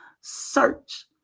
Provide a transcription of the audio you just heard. search